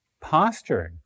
Posturing